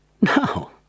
No